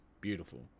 beautiful